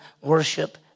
worship